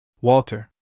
Walter